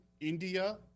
India